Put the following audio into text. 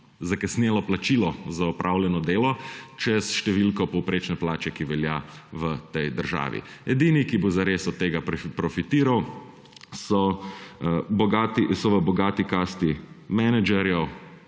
zakasnelo plačilo za opravljeno delo čez številko povprečne plače, ki velja v tej državi. Edini, ki bodo zares od tega profitirali, so v bogati kasti menedžerjev,